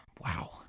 Wow